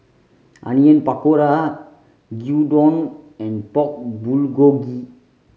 Onion Pakora Gyudon and Pork Bulgogi